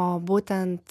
o būtent